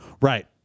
Right